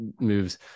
moves